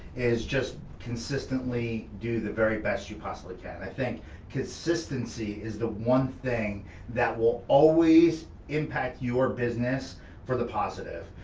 is just consistently do the very best you possibly can. i think consistency is the one thing that will always impact your business for the positive.